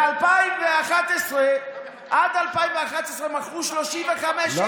עד 2011 מכרו 35,000 דירות.